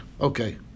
Okay